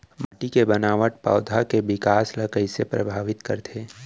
माटी के बनावट पौधा मन के बिकास ला कईसे परभावित करथे